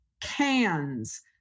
cans